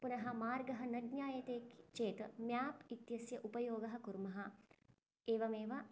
पुनः मार्गः न ज्ञायते चेत् म्याप् इत्यस्य उपायः कुर्मः एवमेव